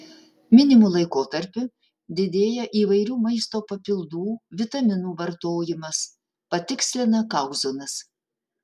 minimu laikotarpiu didėja įvairių maisto papildų vitaminų vartojimas patikslina kauzonas